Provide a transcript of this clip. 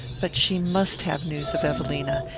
but she must have news of evelina,